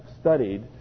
studied